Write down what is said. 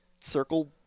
circle